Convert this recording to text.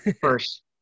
first